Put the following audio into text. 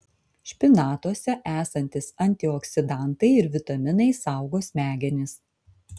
špinatuose esantys antioksidantai ir vitaminai saugo smegenis